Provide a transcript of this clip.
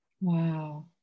Wow